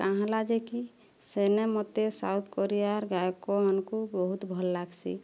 କାହାଁଲା ଯେ କି ସେନେ ମୋତେ ସାଉଥ୍ କୋରିଆର୍ ଗାୟକମାନଙ୍କୁ ବହୁତ୍ ଭଲ୍ ଲାଗ୍ସି